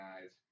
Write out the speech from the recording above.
guys